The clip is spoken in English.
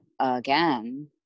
again